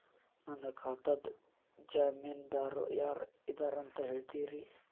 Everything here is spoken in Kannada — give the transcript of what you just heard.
ನನ್ನ ಖಾತಾದ್ದ ಜಾಮೇನದಾರು ಯಾರ ಇದಾರಂತ್ ಹೇಳ್ತೇರಿ?